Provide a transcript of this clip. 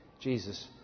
Jesus